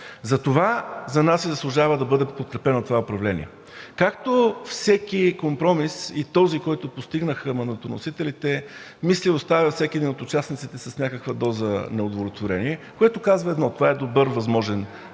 Затова за нас си заслужава да бъде подкрепено това управление. Както всеки компромис, и този, който постигнаха мандатоносителите, мисля, оставя всеки един от участниците с някаква доза неудовлетворение, което казва едно – това е добър възможен компромис.